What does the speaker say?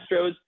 Astros